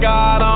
God